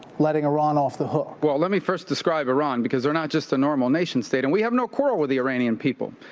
letting iran off the hook? well, let me first describe iran because they're not just a normal nation state. and we have no quarrel with the iranian people.